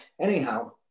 Anyhow